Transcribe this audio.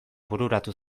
bururatu